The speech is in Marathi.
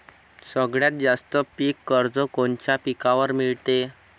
सगळ्यात जास्त पीक कर्ज कोनच्या पिकावर मिळते?